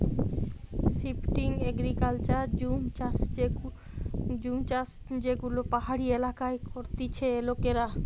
shifting agriculture জুম চাষযেগুলো পাহাড়ি এলাকায় করতিছে লোকেরা